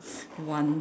one